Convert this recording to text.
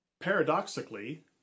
paradoxically